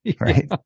right